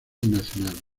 nacionales